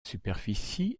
superficie